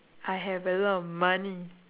I have a lot of money